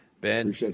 Ben